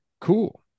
Cool